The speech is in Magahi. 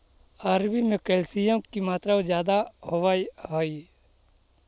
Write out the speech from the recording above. अरबी में कैल्शियम की मात्रा ज्यादा होवअ हई